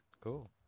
Cool